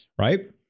Right